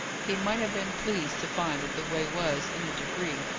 he might have been pleased to find that the way was, in a degree,